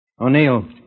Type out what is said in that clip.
O'Neill